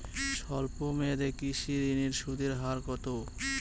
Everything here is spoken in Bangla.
স্বল্প মেয়াদী কৃষি ঋণের সুদের হার কত?